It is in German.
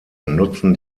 nutzen